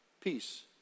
peace